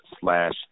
slash